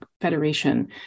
federation